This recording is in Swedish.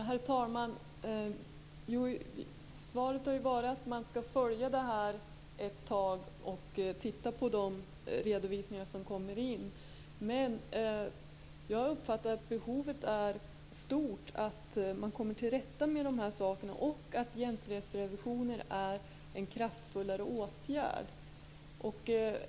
Herr talman! Svaret har ju varit att man skall följa det här ett tag och titta på de redovisningar som kommer in. Men jag har uppfattat att behovet att komma till rätta med de här sakerna är stort och att jämställdhetsrevisioner är en kraftfullare åtgärd.